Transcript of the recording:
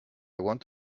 want